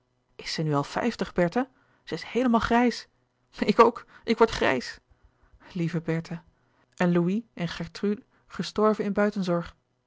is ze nu al vijftig bertha ze is heelemaal grijs ik ook ik word grijs lieve bertha en louis en gertrude gestorven in